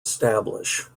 establish